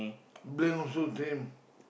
blame also them